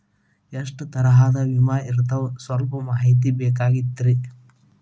ಎಷ್ಟ ತರಹದ ವಿಮಾ ಇರ್ತಾವ ಸಲ್ಪ ಮಾಹಿತಿ ಬೇಕಾಗಿತ್ರಿ